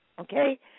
Okay